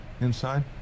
inside